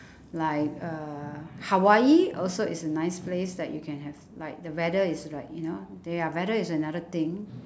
like uh hawaii also is a nice place like you can have like the weather is like you know their weather is another thing